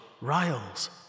Riles